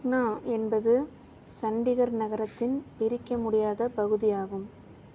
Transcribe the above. சுக்னா என்பது சண்டிகர் நகரத்தின் பிரிக்க முடியாத பகுதியாகும்